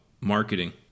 Marketing